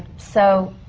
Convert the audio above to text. so.